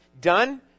done